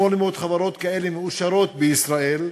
800 חברות כאלה מאושרות בישראל,